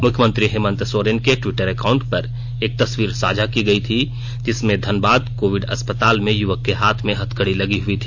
मुख्यमंत्री हेमंत सोरेन के Twitter account पर एक तस्वीर साझा की गयी थी जिसमें धनबाद कोविड अस्पताल में युवक के हाथ में हथकड़ी लगी हुई है